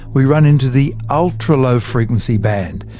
we run into the ultra low frequency band,